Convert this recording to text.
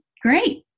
great